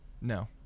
no